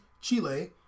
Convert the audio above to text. Chile